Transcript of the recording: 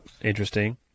interesting